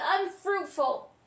unfruitful